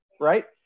right